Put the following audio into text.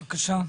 בבקשה.